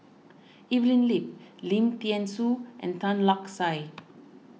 Evelyn Lip Lim thean Soo and Tan Lark Sye